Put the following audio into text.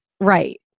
right